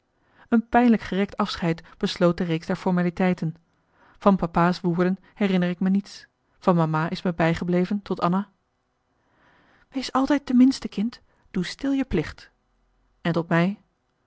een pijnlijk gerekt afscheid besloot de reeks der formaliteiten van papa's woorden herinner ik me niets van mama is me bijgebleven tot anna wees altijd de minste kind doe stil je plicht en tot mij